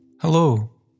Hello